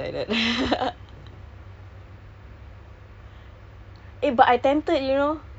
ah the pressure bila nak kahwin oh my god are you attached